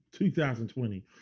2020